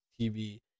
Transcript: TV